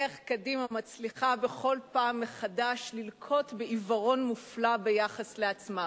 איך קדימה מצליחה בכל פעם מחדש ללקות בעיוורון מופלא ביחס לעצמה?